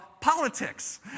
Politics